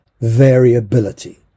variability